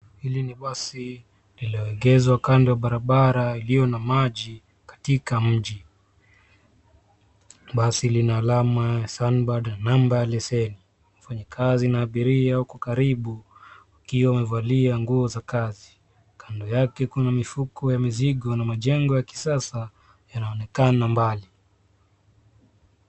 Hili ni basi lililoegezwa kando ya barabara iliyo na maji katika mji. Basi lina alama ya sunbird namba ya leseni. Wafanyikazi na abiria wako karibu, wakiwa wamevalia nguo za kazi. Kando yake kuna mifuko ya mizigo na majengo ya kisasa yanaonekana mbali.